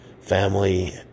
family